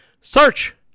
Search